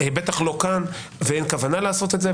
בטח לא כאן, ואין כוונה לעשות את זה.